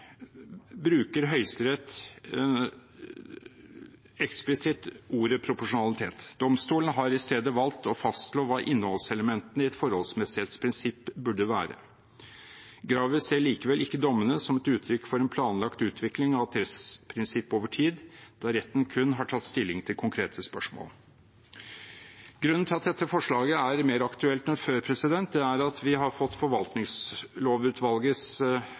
bruker Høyesterett eksplisitt ordet proporsjonalitet. Domstolen har i stedet valgt å fastslå hva innholdselementene i et forholdsmessighetsprinsipp burde være. Graver ser likevel ikke dommene som et uttrykk for en planlagt utvikling av et rettsprinsipp over tid, da retten kun har tatt stilling til konkrete spørsmål. Grunnen til at dette forslaget er mer aktuelt enn før, er at vi har fått forvaltningslovutvalgets